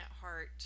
heart